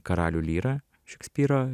karalių lyrą šekspyro